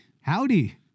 Howdy